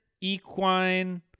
Equine